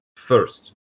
first